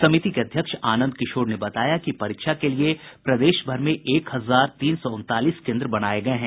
समिति के अध्यक्ष आनंद किशोर ने बताया कि परीक्षा के लिए प्रदेश भर में एक हजार तीन सौ उनतालीस केन्द्र बनाये गये हैं